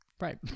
Right